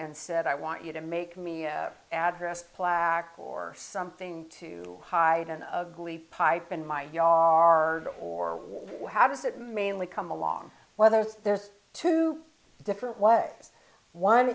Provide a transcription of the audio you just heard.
and said i want you to make me a address plaque for something to hide an ugly pipe in my yard or how does it mainly come along whether this two different way one